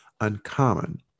uncommon